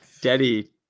Daddy